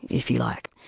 if you like.